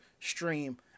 stream